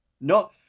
No